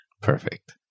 Perfect